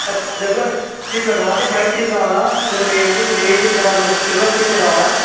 regular teeth పెడదామాండి white teeth కావాలా లేకపోతే ఏ ఏ టీత్ కావాలి మీకు ఇప్పుడు సిల్వర్ టీతే కావాలా